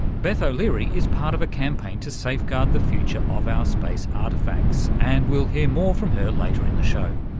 beth o'leary is part of a campaign to safeguard the future of our space artefacts, and we'll hear more from her later in the show.